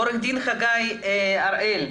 עו"ד חגי הראל,